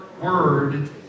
word